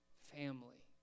family